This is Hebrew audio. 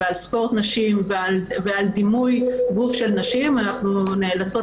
על ספורט נשים ועל דימוי גוף של נשים אנחנו נאלצות